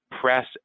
press